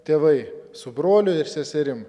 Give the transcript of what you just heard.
tėvai su broliu ir seserim